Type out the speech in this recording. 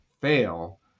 fail